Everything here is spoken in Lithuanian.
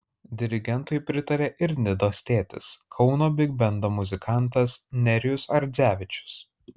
dirigentui pritarė ir nidos tėtis kauno bigbendo muzikantas nerijus ardzevičius